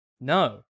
No